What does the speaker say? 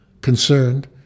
concerned